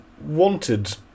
wanted